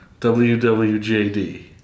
WWJD